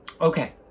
okay